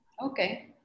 Okay